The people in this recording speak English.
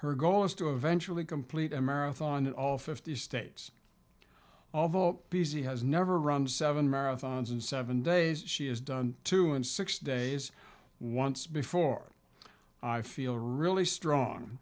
her goal is to eventually complete a marathon in all fifty states although busey has never run seven marathons in seven days she has done two in six days once before i feel really strong